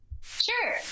Sure